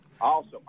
awesome